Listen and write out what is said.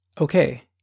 okay